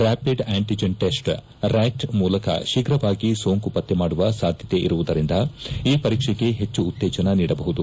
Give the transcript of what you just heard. ರ್ಡಾಪಿಡ್ antigen test RAT ಮೂಲಕ ಶೀಘವಾಗಿ ಸೋಂಕು ಪತ್ತೆಮಾಡುವ ಸಾಧ್ಯತೆ ಇರುವುದರಿಂದ ಈ ಪರೀಕ್ಷೆಗೆ ಹೆಚ್ಚು ಉತ್ತೇಜನ ನೀಡಬಹುದು